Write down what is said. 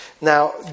Now